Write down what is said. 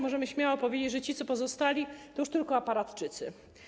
Możemy śmiało powiedzieć, że ci, co pozostali, to już tylko aparatczycy.